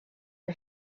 her